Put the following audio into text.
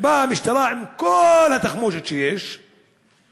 באה המשטרה עם כל התחמושת שיש,